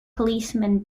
policemen